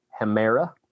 hemera